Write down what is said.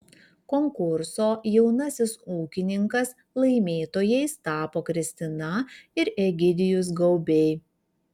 konkurso jaunasis ūkininkas laimėtojais tapo kristina ir egidijus gaubiai